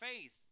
faith